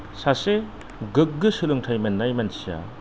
सासे गोग्गो सोलोंथाइ मोन्नाय मानसिया